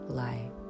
life